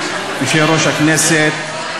אדוני יושב-ראש הכנסת,